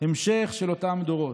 המשך של אותם דורות.